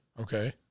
Okay